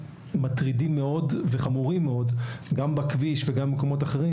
מטרידים מאוד וחמורים מאוד גם בכביש וגם במקומות אחרים.